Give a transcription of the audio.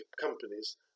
companies